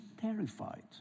terrified